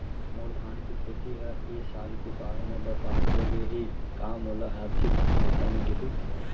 मोर धान के खेती ह ए साल के बाढ़ म बरबाद हो गे हे का मोला आर्थिक सहायता मिलही?